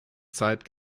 zeit